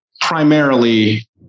primarily